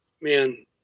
man